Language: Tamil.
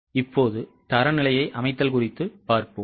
இப்போது தரநிலையை அமைத்தல் குறித்து பார்ப்போம்